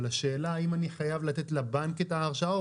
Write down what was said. אבל השאלה אם אני חייב לתת לבנק את ההרשאה או